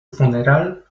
funeral